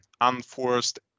unforced